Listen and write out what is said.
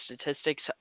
statistics